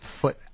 foot